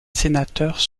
sénateurs